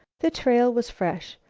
the trail was fresh,